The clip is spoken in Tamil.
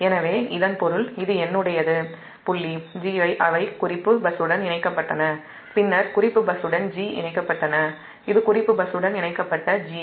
எனவே இதன் பொருள் இது என்னுடையது புள்ளி 'g' அவை குறிப்பு பஸ்ஸுடன் இணைக்கப்பட்டன இது குறிப்பு பஸ்ஸுடன் இணைக்கப்பட்ட 'g'